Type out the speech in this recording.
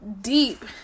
deep